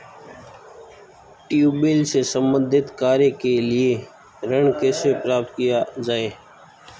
Tubewell से संबंधित कार्य के लिए ऋण कैसे प्राप्त किया जाए?